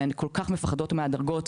והן כול כך מפחדות מהדרגות.